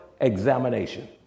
examination